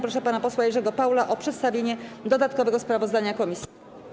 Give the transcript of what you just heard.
Proszę pana posła Jerzego Paula o przedstawienie dodatkowego sprawozdania komisji.